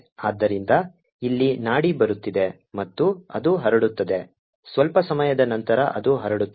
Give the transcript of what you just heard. ಆದ್ದರಿಂದ ಇಲ್ಲಿ ನಾಡಿ ಬರುತ್ತಿದೆ ಮತ್ತು ಅದು ಹರಡುತ್ತದೆ ಸ್ವಲ್ಪ ಸಮಯದ ನಂತರ ಅದು ಹರಡುತ್ತದೆ